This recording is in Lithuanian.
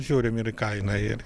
žiūrim ir kainą ir